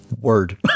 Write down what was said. Word